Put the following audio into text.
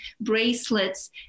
bracelets